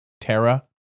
Terra